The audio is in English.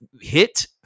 hit